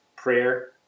prayer